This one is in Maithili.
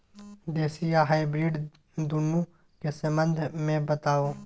देसी आ हाइब्रिड दुनू के संबंध मे बताऊ?